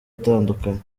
atandukanye